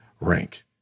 rank